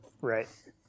Right